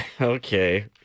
Okay